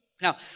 Now